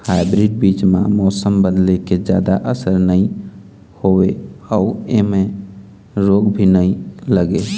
hybrid बीज म मौसम बदले के जादा असर नई होवे अऊ ऐमें रोग भी नई लगे